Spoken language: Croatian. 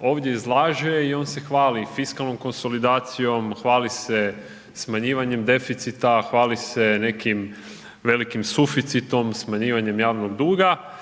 ovdje izlaže i on se hvali fiskalnom konsolidacijom, hvali se smanjivanjem deficita, hvali se nekim velikim suficitom, smanjivanjem javnog duga,